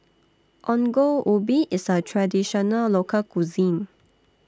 Ongol Ubi IS A Traditional Local Cuisine